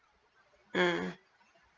mm